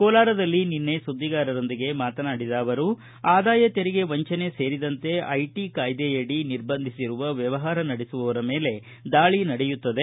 ಕೋಲಾರದಲ್ಲಿ ನಿನ್ನೆ ಸುದ್ವಿಗಾರರೊಂದಿಗೆ ಮಾತನಾಡಿದ ಅವರು ಆದಾಯ ತೆರಿಗೆ ವಂಚನೆ ಸೇರಿದಂತೆ ಐಟಿ ಕಾಯ್ದೆಯಡಿ ನಿರ್ಬಂಧಿಸಿರುವ ವ್ಯವಹಾರ ನಡೆಸುವವರ ಮೇಲೆ ದಾಳಿ ನಡೆಯುತ್ತದೆ